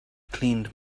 cleaned